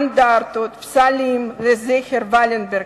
אנדרטות, פסלים, לזכר ולנברג